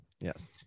yes